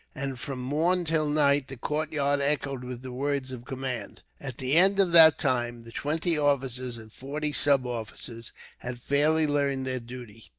and from morn till night the courtyard echoed with the words of command. at the end of that time, the twenty officers and forty sub-officers had fairly learned their duty.